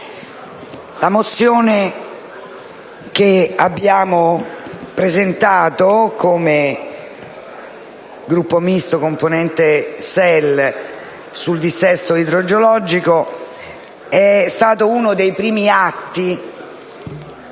la mozione che abbiamo presentato come Gruppo Misto, componente SEL, sul dissesto idrogeologico è stata uno dei primi atti